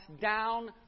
down